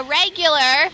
regular